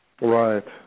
Right